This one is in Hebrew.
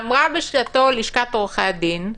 אמרה בשעתו לשכת עורכי הדין: